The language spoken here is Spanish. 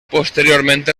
posteriormente